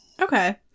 Okay